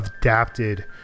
adapted